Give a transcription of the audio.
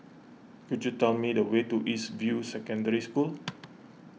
could you tell me the way to East View Secondary School